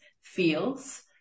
feels